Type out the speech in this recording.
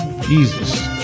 Jesus